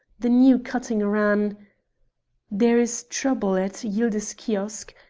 the new cutting ran there is trouble at yildiz kiosk.